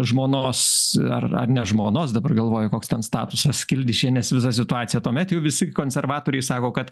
žmonos ar ne žmonos dabar galvoju koks ten statusas kildišienės visą situaciją tuomet jau visi konservatoriai sako kad